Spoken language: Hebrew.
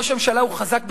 ראש הממשלה חזק בדימויים,